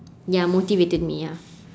ya motivated me ya